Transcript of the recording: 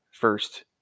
first